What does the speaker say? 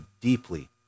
deeply